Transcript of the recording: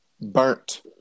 Burnt